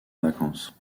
vacances